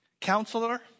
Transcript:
counselor